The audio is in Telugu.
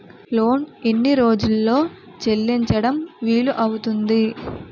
లోన్ ఎన్ని రోజుల్లో చెల్లించడం వీలు అవుతుంది?